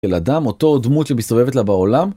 אל אדם, אותו דמות שמסתובבת לה בעולם?